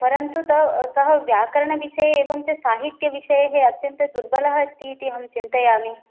परन्तु त् सः व्याकरणविषये एवञ्च साहित्यविषये अत्यन्तदुर्बलः अस्ति इति अहं चिन्तयामि